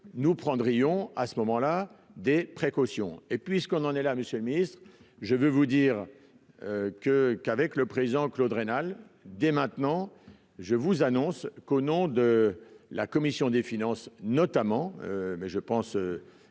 nous prendrions à ce moment-là, des précautions et puisqu'on en est là, Monsieur le Ministre, je veux vous dire que qu'avec le présent Claude Raynal, dès maintenant, je vous annonce qu'au nom de la commission des finances notamment, mais je pense